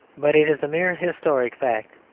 but it is a mere historic fact,